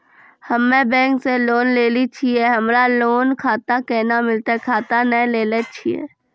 हम्मे बैंक से लोन लेली छियै हमरा लोन खाता कैना मिलतै खाता नैय लैलै छियै?